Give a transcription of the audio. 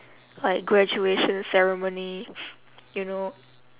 like graduation ceremony you know